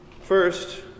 first